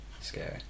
Scary